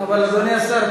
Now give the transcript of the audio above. אדוני השר,